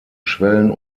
schwellen